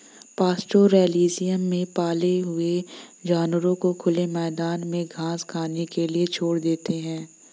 pastoralism में पाले हुए जानवरों को खुले मैदान में घास खाने के लिए छोड़ देते है